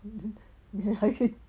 你还可以